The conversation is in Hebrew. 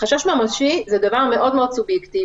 "חשש ממשי" זה דבר מאוד מאוד סובייקטיבי.